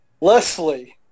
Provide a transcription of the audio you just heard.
Leslie